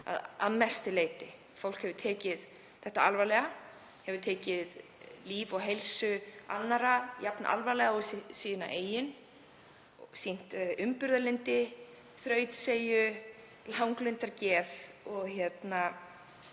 að mestu leyti. Fólk hefur tekið þetta alvarlega, hefur tekið líf og heilsu annarra jafn alvarlega og sína eigin, sýnt umburðarlyndi, þrautseigju og langlundargeð og sýnt